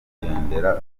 nyakwigendera